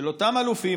אותם אלופים,